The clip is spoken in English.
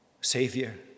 Savior